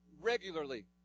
regularly